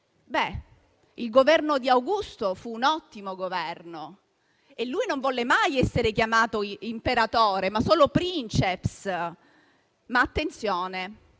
Il governo di Augusto fu un ottimo governo. Egli non volle mai essere chiamato imperatore, ma solo *princeps*. Attenzione,